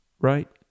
right